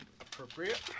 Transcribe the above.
appropriate